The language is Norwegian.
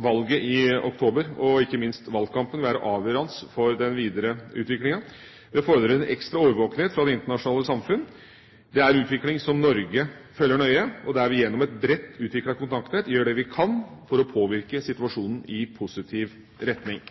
Valget i oktober, og ikke minst valgkampen, vil være avgjørende for den videre utviklingen. Det fordrer en ekstra årvåkenhet fra det internasjonale samfunn. Det er en utvikling som Norge følger nøye, og der vi gjennom et bredt utviklet kontaktnett gjør det vi kan for å påvirke situasjonen i positiv retning.